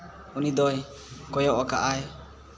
ᱩᱱᱤ ᱫᱚᱭ ᱠᱚᱭᱚᱜ ᱟᱠᱟᱜᱼᱟᱭ